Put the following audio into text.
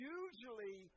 usually